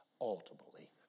ultimately